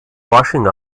washing